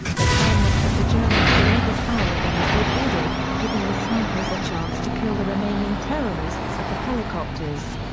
the plan was that the germans would overpower them as they boarded, giving the snipers a chance to kill the remaining terrorists at the helicopters.